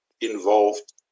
involved